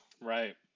Right